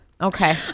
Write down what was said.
okay